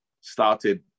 started